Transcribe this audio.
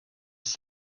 ist